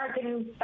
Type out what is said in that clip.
American